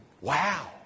wow